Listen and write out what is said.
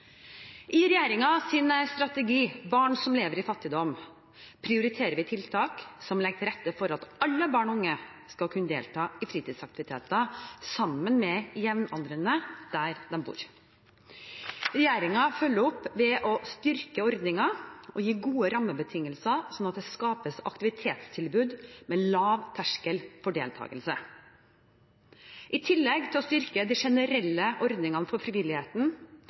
strategi «Barn som lever i fattigdom» prioriterer vi tiltak som legger til rette for at alle barn og unge skal kunne delta i fritidsaktiviteter sammen med jevnaldrende der de bor. Regjeringen følger opp ved å styrke ordninger og gi gode rammebetingelser, slik at det skapes aktivitetstilbud med lav terskel for deltakelse. I tillegg til å styrke de generelle ordningene for frivilligheten